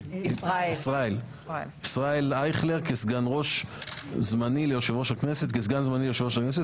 ישראל אייכלר כסגן ראש זמני ליושב ראש הכנסת,